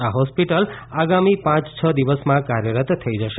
આ હોસ્પિટલ આગામી પાંચ છ દિવસમાં કાર્યરત થઈ જશે